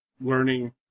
learning